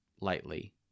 lightly